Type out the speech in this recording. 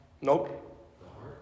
Nope